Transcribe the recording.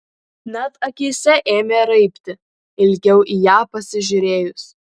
net akyse ėmė raibti ilgiau į ją pasižiūrėjus